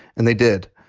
and they did.